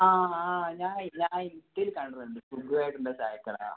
ആ ആ ഞാൻ ഞാൻ ഇത് കാണുന്നുണ്ട് സുകു ഏട്ടൻ്റെ ചായക്കട